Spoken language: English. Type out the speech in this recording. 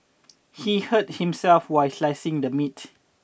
he hurt himself while slicing the meat